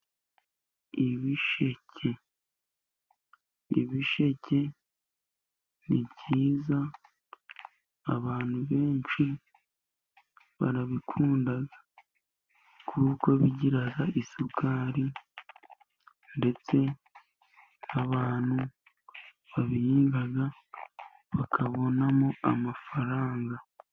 Ibisheke. Ibisheke ni byiza, abantu benshi barabikunda. Kuko bigira isukari, ndetse abantu babihinga bakabonamo amafaranga.